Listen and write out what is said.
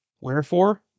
Wherefore